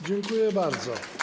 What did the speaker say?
Dziękuję bardzo.